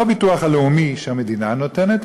לא ביטוח לאומי שהמדינה נותנת,